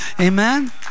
Amen